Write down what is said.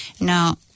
Now